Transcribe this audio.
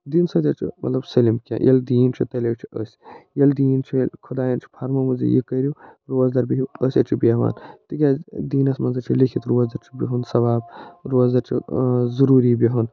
دیٖنہٕ سۭتۍ حظ چھِ مطلب سٲلِم کیٚنہہ ییٚلہِ دیٖن چھِ تیٚلہِ حظ چھِ أسۍ ییٚلہِ دیٖن چھِ ییٚلہِ خۄدایَن چھِ فرمومُت زِ یہِ کٔرو روزدَر بِہیُو أسۍ حظ چھِ بہوان تِکیٛازِ دیٖنَس منٛز حظ چھِ لیٚکتھ روزدَر چھِ بِہُن ثواب روزدَر چھِ ضروٗری بِہُن